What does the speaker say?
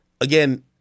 again